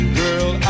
girl